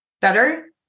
better